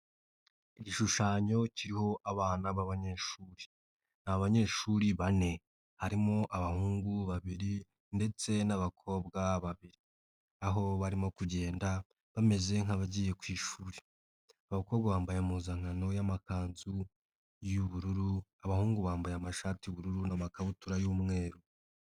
Igishushanyo kiriho abana b'abanyeshuri, ni abanyeshuri bane harimo abahungu babiri ndetse n'abakobwa babiri aho barimo kugenda bameze nk'abagiye ku ishuri, abakobwa bambaye impuzankano y'amakanzu y'ubururu, abahungu bambaye amashati y'ubururu n'amakabutura y'umweru.